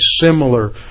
similar